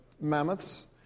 mammoths